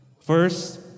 First